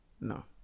No